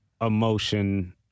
emotion